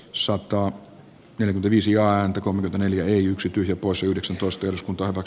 sota on yli viisi ääntä kun veneilijä ei yksityisiä pois yhdeksäntoista jotkut ovat